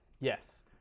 yes